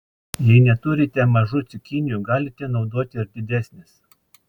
jei neturite mažų cukinijų galite naudoti ir didesnes